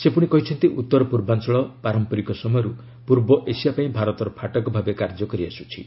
ସେ ପୁଣି କହିଛନ୍ତି ଉତ୍ତର ପୂର୍ବାଞ୍ଚଳ ପାରମ୍ପରିକ ସମୟରୁ ପୂର୍ବ ଏସିଆ ପାଇଁ ଭାରତର ଫାଟକ ଭାବେ କାର୍ଯ୍ୟ କରିଆସ୍ୱଚ୍ଚି